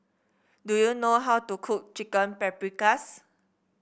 do you know how to cook Chicken Paprikas